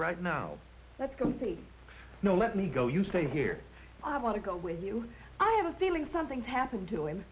right now let's go see no let me go you stay here i want to go with you i have a feeling something's happened to him